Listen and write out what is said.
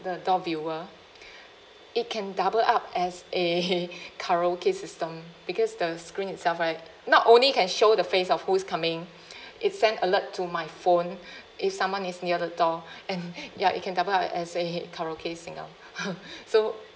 the door viewer it can double up as a karaoke system because the screen itself right not only can show the face of who's coming it send alert to my phone if someone is near the door and ya it can double up as a karaoke singer so